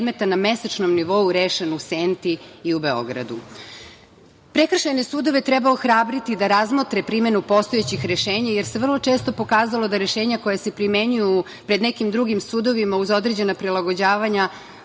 na mesečnom nivou rešen u Senti i u Beogradu. Prekršajne sudove treba ohrabriti da razmotre primenu postojećih rešenja, jer se vrlo često pokazalo da rešenja koja se primenjuju pred nekim drugim sudovima, uz određena prilagođavanja,